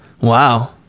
Wow